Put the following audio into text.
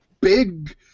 big